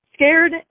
scared